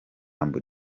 humble